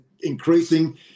increasing